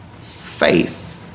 faith